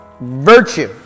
Virtue